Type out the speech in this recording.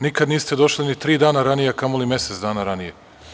Nikad niste došli ni tri dana ranije, a kamoli mesec dana ranije.